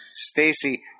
Stacy